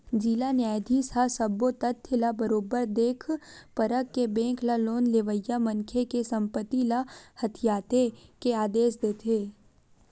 जिला न्यायधीस ह सब्बो तथ्य ल बरोबर देख परख के बेंक ल लोन लेवइया मनखे के संपत्ति ल हथितेये के आदेश देथे